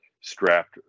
strapped